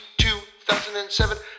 2007